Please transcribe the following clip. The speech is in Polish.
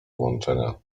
włączenia